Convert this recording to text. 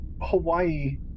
Hawaii